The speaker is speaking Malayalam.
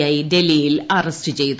ഐ ഡൽഹിയിൽ അറസ്റ്റ് ചെയ്തു